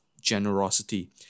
generosity